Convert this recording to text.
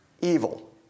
evil